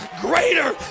greater